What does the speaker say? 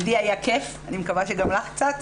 לי היה כיף ואני מקווה שגם לך קצת.